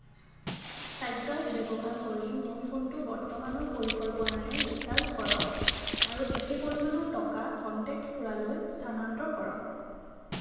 চাইট্ৰাছ ব্যৱহাৰ কৰি মোৰ ফোনটো বৰ্তমানৰ পৰিকল্পনাৰে ৰিচাৰ্জ কৰক আৰু একে পৰিমাণৰ টকা কনটেক্ট খুড়ালৈ স্থানান্তৰ কৰক